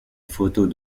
photos